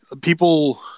people